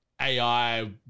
AI